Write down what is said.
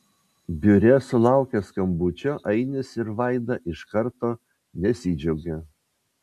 biure sulaukę skambučio ainis ir vaida iš karto nesidžiaugia